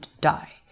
die